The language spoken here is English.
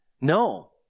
No